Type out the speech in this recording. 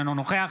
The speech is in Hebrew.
אינו נוכח